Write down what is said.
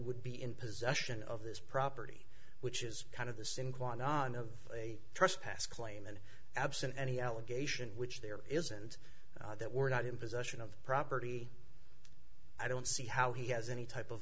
would be in possession of this property which is kind of the same kuantan of a trespass claim and absent any allegation which there isn't that we're not in possession of property i don't see how he has any type of